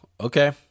Okay